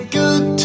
good